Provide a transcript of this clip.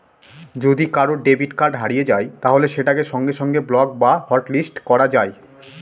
যদি কারুর debit card হারিয়ে যায় তাহলে সেটাকে সঙ্গে সঙ্গে ব্লক বা হটলিস্ট করা যায়